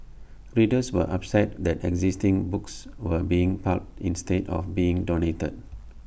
readers were upset that existing books were being pulped instead of being donated